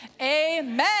amen